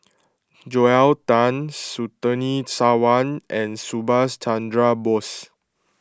Joel Tan Surtini Sarwan and Subhas Chandra Bose